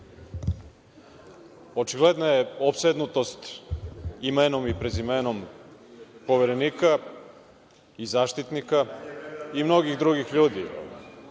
Očigledna je opsednutost imenom i prezimenom Poverenika i Zaštitnika i mnogih drugih ljudi,